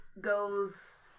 goes